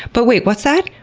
but wait, what's that?